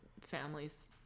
families